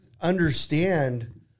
understand